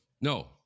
No